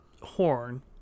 horn